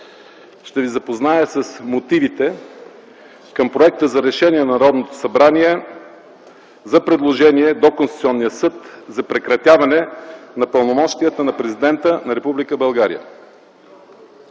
Ще Ви запозная с мотивите към проекта за решение на Народното събрание за предложение до Конституционния съд за прекратяване на пълномощията на Президента на